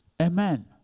Amen